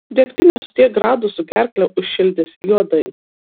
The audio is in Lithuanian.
degtinė su tiek gradusų gerklę užšildys juodai